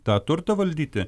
tą turtą valdyti